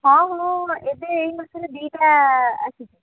ହଁ ହଁ ଏବେ ଏଇ ମାସରେ ଦୁଇ'ଟା ଆସିଛି